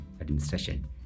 administration